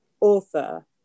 author